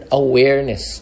awareness